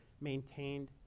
maintained